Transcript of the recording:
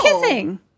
kissing